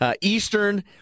Eastern